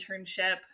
internship